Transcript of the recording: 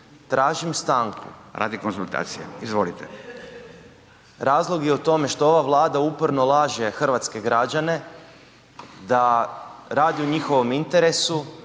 Ivan (Živi zid)** Razlog je u tome što ova Vlada uporno laže hrvatske građane da radi u njihovom interesu